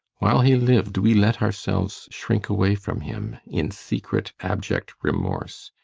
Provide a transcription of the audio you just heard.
while he lived, we let ourselves shrink away from him in secret, abject remorse.